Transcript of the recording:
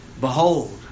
Behold